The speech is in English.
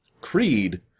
Creed